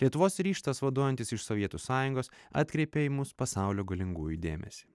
lietuvos ryžtas vaduojantis iš sovietų sąjungos atkreipė į mus pasaulio galingųjų dėmesį